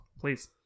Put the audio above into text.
Please